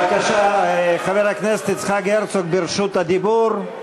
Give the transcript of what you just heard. בבקשה, חבר הכנסת יצחק הרצוג ברשות הדיבור,